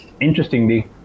interestingly